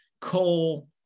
coal